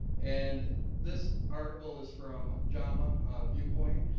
and this article is from jama viewpoint,